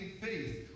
faith